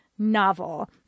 Novel